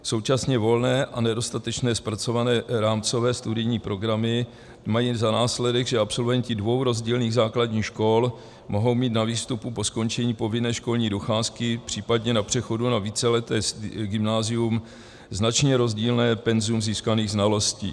Současně volné a nedostatečně zpracované rámcové studijní programy mají za následek, že absolventi dvou rozdílných základních škol mohou mít na výstupu po skončení povinné školní docházky, případně na přechodu na víceleté gymnázium značně rozdílné penzum získaných znalostí.